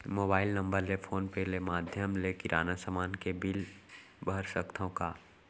Mobile number ले phone पे ले माधयम ले किराना समान के बिल भर सकथव का?